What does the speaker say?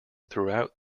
throughout